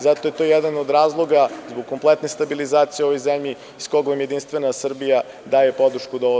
Zato je to jedan od razloga, zbog kompletne stabilizacije u ovoj zemlji, iz kog vam Jedinstvena Srbija daje podršku do kraja.